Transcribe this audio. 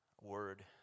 word